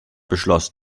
beschloss